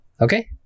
Okay